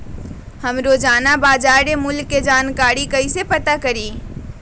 हम रोजाना बाजार मूल्य के जानकारी कईसे पता करी?